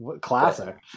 classic